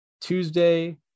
Tuesday